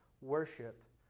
worship